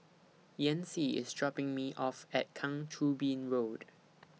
Yancy IS dropping Me off At Kang Choo Bin Road